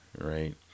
right